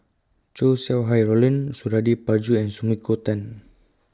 Chow Sau Hai Roland Suradi Parjo and Sumiko Tan